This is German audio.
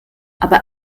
aber